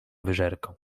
wyżerką